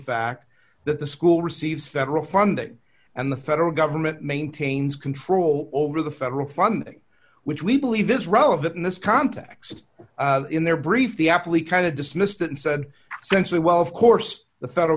fact that the school receives federal funding and the federal government maintains control over the federal funding which we believe is relevant in this context in their brief the aptly kind of dismissed and said century well of course the federal